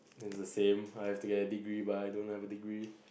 it's the same I have to get a degree but I don't have a degree